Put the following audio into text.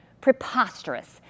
preposterous